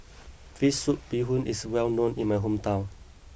Fish Soup Bee Hoon is well known in my hometown